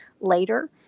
later